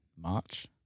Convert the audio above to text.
march